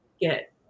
get